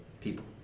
people